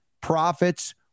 profits